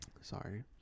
Sorry